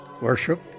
Worship